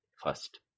First